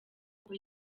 uko